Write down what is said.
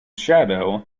shadow